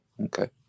Okay